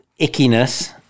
ickiness